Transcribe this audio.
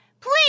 Please